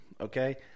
Okay